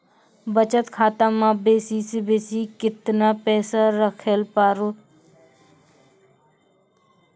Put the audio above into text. बचत खाता म बेसी से बेसी केतना पैसा रखैल पारों?